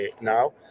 now